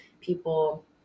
people